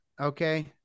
Okay